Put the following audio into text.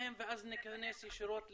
אף פעם לא הייתי בישיבת הוועדה.